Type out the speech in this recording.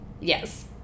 Yes